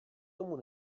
tomu